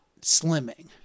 slimming